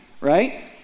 right